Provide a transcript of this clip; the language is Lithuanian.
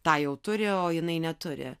tą jau turi o jinai neturi